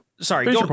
sorry